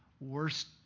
worst